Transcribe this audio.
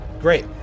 Great